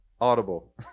audible